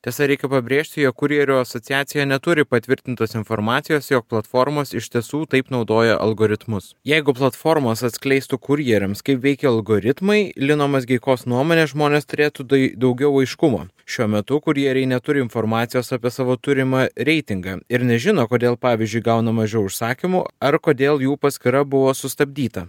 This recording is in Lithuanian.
tiesa reikia pabrėžti jog kurjerių asociacija neturi patvirtintos informacijos jog platformos iš tiesų taip naudoja algoritmus jeigu platformos atskleistų kurjeriams kaip veikia algoritmai lino mazgeikos nuomone žmonės turėtų tai daugiau aiškumo šiuo metu kurjeriai neturi informacijos apie savo turimą reitingą ir nežino kodėl pavyzdžiui gauna mažiau užsakymų ar kodėl jų paskyra buvo sustabdyta